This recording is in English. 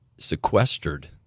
sequestered